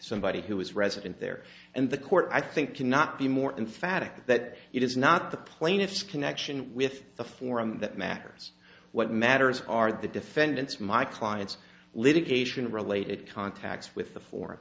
somebody who was resident there and the court i think cannot be more emphatic that it is not the plaintiff's connection with the forum that matters what matters are the defendants my clients litigate related contacts with the four